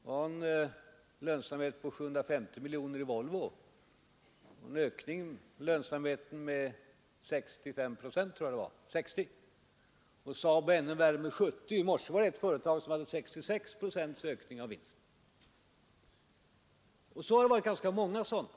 Volvo redovisar en vinst på 750 miljoner, vilket innebär en ökning av lönsamheten med 60 procent. Saab redovisade 70 procent ökning, och i dag kan vi läsa i tidningarna om ett företag som hade ökat vinsten med 66 procent. Det har förekommit ganska många sådana fall.